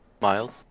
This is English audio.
Miles